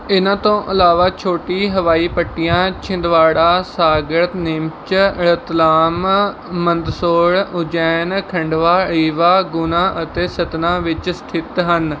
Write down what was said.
ਇਨ੍ਹਾਂ ਤੋਂ ਇਲਾਵਾ ਛੋਟੀ ਹਵਾਈ ਪੱਟੀਆਂ ਛਿੰਦਵਾੜਾ ਸਾਗਰ ਨੀਮਚ ਰਤਲਾਮ ਮੰਦਸੌਰ ਉਜੈਨ ਖੰਡਵਾ ਰੀਵਾ ਗੁਨਾ ਅਤੇ ਸਤਨਾ ਵਿੱਚ ਸਥਿਤ ਹਨ